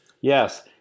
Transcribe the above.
Yes